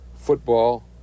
football